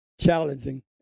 challenging